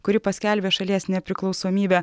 kuri paskelbė šalies nepriklausomybę